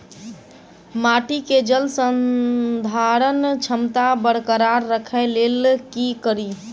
माटि केँ जलसंधारण क्षमता बरकरार राखै लेल की कड़ी?